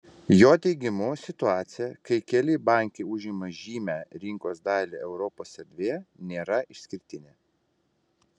jo teigimu situacija kai keli bankai užima žymią rinkos dalį europos erdvėje nėra išskirtinė